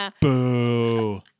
Boo